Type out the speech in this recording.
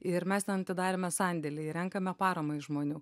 ir mes ten atidarėme sandėlį renkame paramą iš žmonių